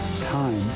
time